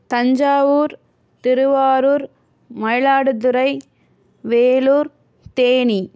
Thanjavur Thiruvarur Mayiladuthurai Vellore Theni